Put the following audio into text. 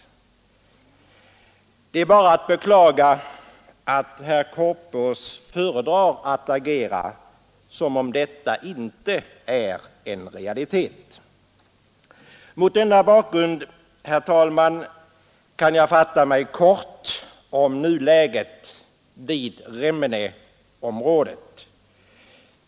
Det är bara att beklaga att herr Korpås föredrar att uppträda som om detta inte var en realitet. Mot denna bakgrund, herr talman, kan jag fatta mig kort om nuläget i Remmeneområdet.